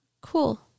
Cool